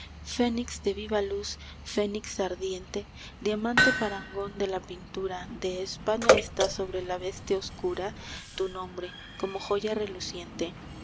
fénix de viva luz fénix ardiente diamante parangón de la pintura de españa está sobre la veste oscura tu nombre como joya reluciente